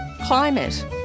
climate